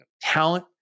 talent